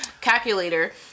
Calculator